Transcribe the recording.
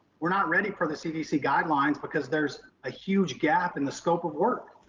we're not ready for the cdc guidelines because there's a huge gap in the scope of work.